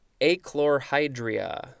achlorhydria